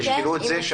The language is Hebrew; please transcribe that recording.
תזכרו את זה,